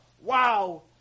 Wow